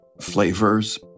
flavors